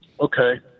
Okay